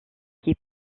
qui